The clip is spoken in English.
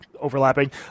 overlapping